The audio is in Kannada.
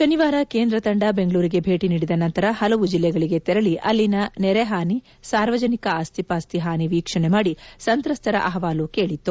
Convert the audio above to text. ಶನಿವಾರ ಕೇಂದ್ರ ತಂಡ ದೆಂಗಳೂರಿಗೆ ಭೇಟಿ ನೀಡಿದ ನಂತರ ಪಲವು ದಿಲ್ಲೆಗಳಿಗೆ ತೆರಳಿ ಅಲ್ಲಿನ ನೆರೆ ಹಾನಿ ಸಾರ್ವಜನಿಕ ಆಸ್ತಿ ಪಾಸ್ತಿ ಹಾನಿ ವೀಕ್ಷಣೆ ಮಾಡಿ ಸಂತ್ರಸ್ತರ ಅಹವಾಲು ಕೇಳಿತ್ತು